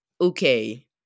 Okay